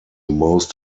most